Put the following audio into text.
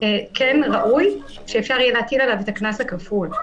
כן ראוי שאפשר יהיה להטיל עליו את הקנס הכפול.